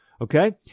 Okay